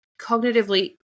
cognitively